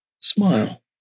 Smile